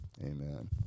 amen